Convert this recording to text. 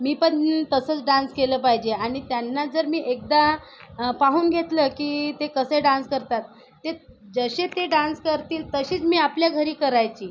मी पण तसंच डान्स केला पाहिजे आणि त्यांना जर मी एकदा पाहून घेतलं की ते कसे डान्स करतात ते जसे ते डान्स करतील तसेच मी आपल्या घरी करायची